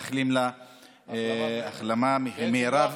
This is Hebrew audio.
ומאחלים לה החלמה מהירה.